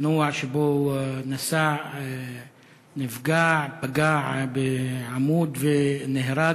האופנוע שבו הוא נסע, נפגע, פגע בעמוד, והוא נהרג.